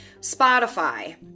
Spotify